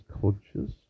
conscious